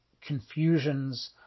confusions